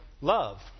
Love